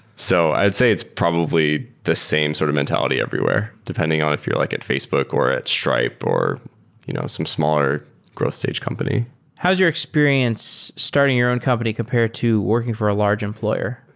so i'd say it's probably the same sort of mentality everywhere depending on if you're like at facebook or at stripe or you know some smaller growth stage company how is your experience starting your own company compared to working for a large employer?